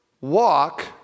walk